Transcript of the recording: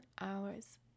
hours